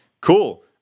Cool